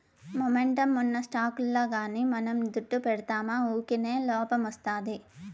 momentum ఉన్న స్టాకుల్ల గానీ మనం దుడ్డు పెడ్తిమా వూకినే లాబ్మొస్తాది